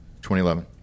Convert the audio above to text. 2011